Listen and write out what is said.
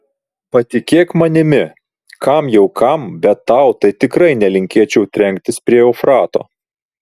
patikėk manimi kam jau kam bet tau tai tikrai nelinkėčiau trenktis prie eufrato